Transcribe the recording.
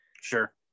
Sure